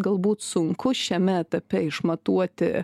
galbūt sunku šiame etape išmatuoti